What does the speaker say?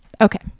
Okay